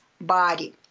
body